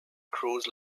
cruise